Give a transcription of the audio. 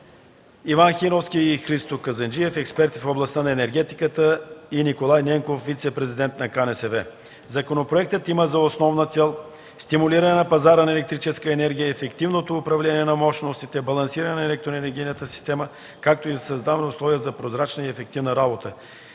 Иван Хиновски и Христо Казанджиев – експерти в областта на енергетиката, и Николай Ненков – вицепрезидент на КНСБ. Законопроектът има за основна цел стимулиране на пазара на електрическата енергия, ефективно управление на мощностите, балансиране на електроенергийната система, както и създаване на условия за прозрачна и ефективна работа.